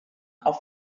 auf